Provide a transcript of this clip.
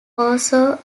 also